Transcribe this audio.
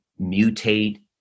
mutate